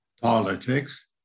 politics